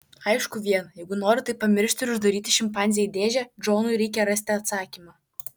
aišku viena jeigu nori tai pamiršti ir uždaryti šimpanzę į dėžę džonui reikia rasti atsakymą